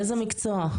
מאיזה מקצוע?